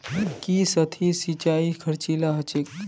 की सतही सिंचाई खर्चीला ह छेक